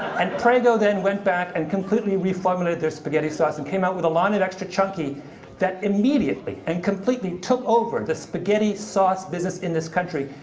and prego then went back, and completely reformulated their spaghetti sauce, and came out with a line of extra chunky that immediately and completely took over the spaghetti sauce business in this country.